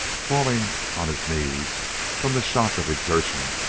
falling on his knees from the shock of exertion,